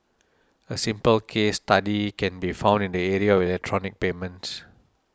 a simple case study can be found in the area of electronic payments